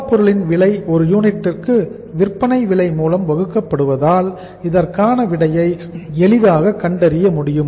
மூலப் பொருளின் விலை ஒரு யூனிட்டிற்கு விற்பனை விலை மூலம் வகுக்கப்படுவதால் இதற்கான விடையை எளிதாக கண்டறிய முடியும்